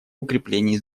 укреплении